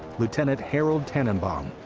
lieutenant harold tannenbaum,